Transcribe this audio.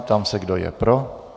Ptám se, kdo je pro.